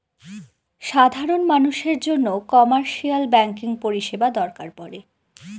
সাধারন মানুষের জন্য কমার্শিয়াল ব্যাঙ্কিং পরিষেবা দরকার পরে